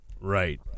Right